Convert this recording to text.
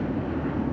orh